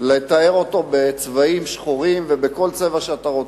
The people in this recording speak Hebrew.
לתאר אותו בצבעים שחורים ובכל צבע שאתה רוצה,